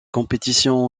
compétitions